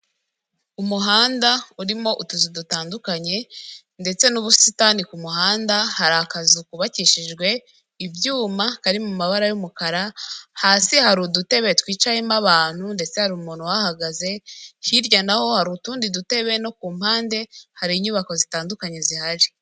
Umuhanda urimo utuzu dutandukanye ndetse n'ubusitani kumuhanda, hari akazu kubakishijwe ibyuma kari mu mabara y'umukara, hasi hari udutebe twicayemo abantu ndetse hari umuntu uhahagaze, hirya naho hari utundi dutebe no ku mpande hari inyubako zitandukanye zihari.